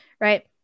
right